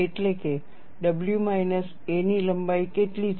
એટલે કે w minus a ની લંબાઈ કેટલી છે